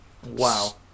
wow